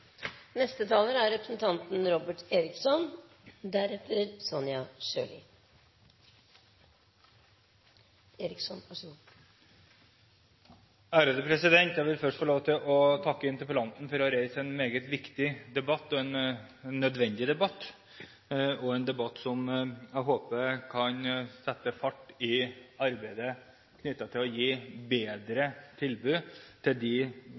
Jeg vil først få lov til å takke interpellanten for å reise en meget viktig debatt, en nødvendig debatt og en debatt som jeg håper kan sette fart i arbeidet knyttet til det å gi bedre tilbud til de